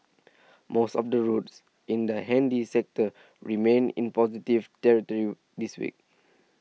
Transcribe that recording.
most of the routes in the handy sector remained in positive territory this week